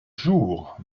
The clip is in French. jour